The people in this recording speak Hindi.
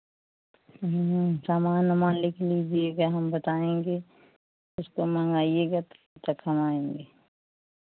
सामान उमान लिख लीजिएगा हम बताएंगे उसको मंगाइएगा तब तक हम आएंगे